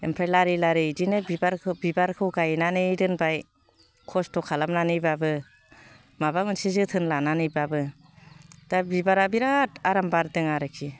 ओमफ्राय लारि लारि बिदिनो बिबारखौ गायनानै दोनबाय खस्थ' खालामनानैबाबो माबा मोनसे जोथोन लानानैबाबो दा बिबारा बिराद आराम बारदों आरोखि